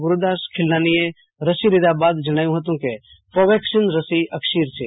ગુરદાસ ખીલનાનીએ રસી લીધા બાદ જણાવ્યું હતું કે કોવેક્સિન રસી અકસીર છે